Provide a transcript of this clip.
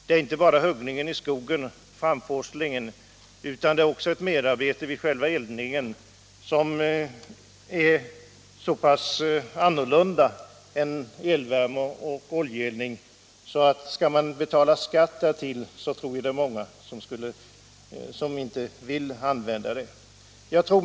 Det är inte bara huggningen i skogen och framforslingen som är tungt, utan det är också merarbete vid själva eldningen, som är annorlunda än eluppvärmning och oljeeldning. Skall man därtill betala skatt är det nog många människor som drar sig för att använda sådant bränsle.